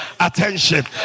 attention